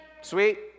Sweet